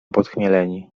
podchmieleni